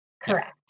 Correct